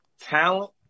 Talent